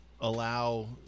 allow